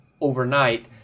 overnight